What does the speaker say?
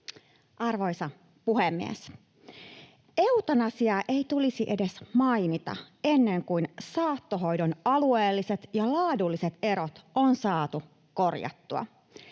Arvoisa puhemies! Eutanasiaa ei tulisi edes mainita, ennen kuin saattohoidon alueelliset ja laadulliset erot on saatu korjattua.